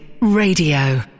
Radio